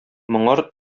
моңар